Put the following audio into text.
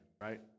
right